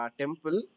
temple